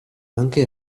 anche